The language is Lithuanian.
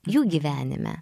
jų gyvenime